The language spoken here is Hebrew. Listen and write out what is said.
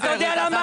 אתה יודע למה?